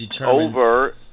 over